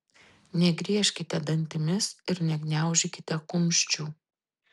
negriežkite dantimis ir negniaužykite kumščių